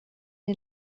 den